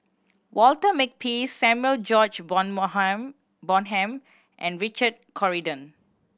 Walter Makepeace Samuel George Bonham and Richard Corridon